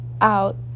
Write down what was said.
out